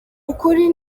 ukuri